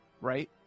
right